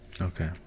okay